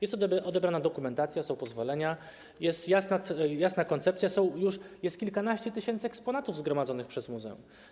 Jest odebrana dokumentacja, są pozwolenia, jest jasna koncepcja, jest już kilkanaście tysięcy eksponatów zgromadzonych przez muzeum.